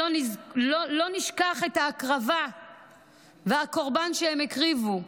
ולא נשכח את ההקרבה והקורבן שהן הקריבו.